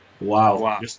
Wow